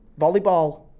volleyball